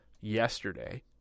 yesterday